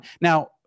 Now